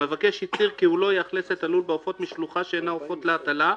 המבקש הצהיר כי הוא לא יאכלס את הלול בעופות משלוחה שאינה עופות להטלה,